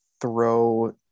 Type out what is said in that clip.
throw